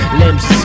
limbs